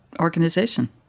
organization